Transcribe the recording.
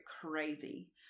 crazy